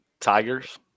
Tigers